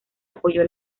apoyó